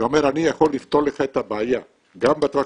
ואומר שהוא יכול לפתור את הבעיה גם בטווח